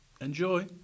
Enjoy